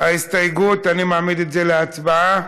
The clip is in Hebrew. אני מעמיד את ההסתייגות להצבעה.